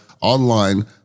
online